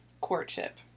courtship